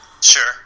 Sure